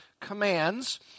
commands